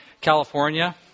California